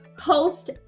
host